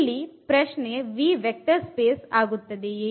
ಇಲ್ಲಿ ಪ್ರಶ್ನೆV vector space ಆಗುತ್ತದೆಯೇ